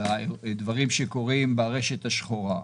על הדברים שקורים ברשת השחורה.